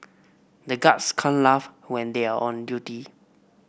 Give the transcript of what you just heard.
the guards can't laugh when they are on duty